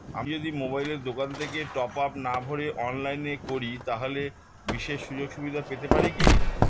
আমি যদি মোবাইলের দোকান থেকে টপআপ না ভরে অনলাইনে করি তাহলে বিশেষ সুযোগসুবিধা পেতে পারি কি?